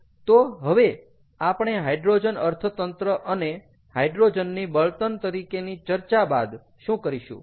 તો હવે આપણે હાઈડ્રોજન અર્થતંત્ર અને હાઇડ્રોજનની બળતણ તરીકેની ચર્ચા બાદ શું કરીશું